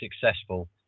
successful